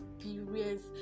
experience